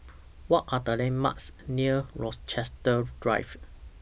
What Are The landmarks near Rochester Drive